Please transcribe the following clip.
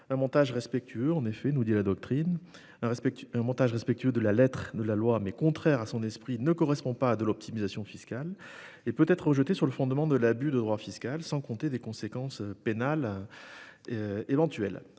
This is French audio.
simple à tracer. En effet, nous dit la doctrine, un montage respectueux de la lettre de la loi, mais contraire à son esprit, ne correspond pas à de l'optimisation fiscale et peut être rejeté sur le fondement de l'abus de droit fiscal, sans compter les conséquences pénales éventuelles.